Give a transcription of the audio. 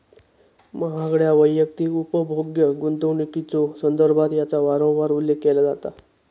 महागड्या वैयक्तिक उपभोग्य गुंतवणुकीच्यो संदर्भात याचा वारंवार उल्लेख केला जाता